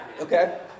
Okay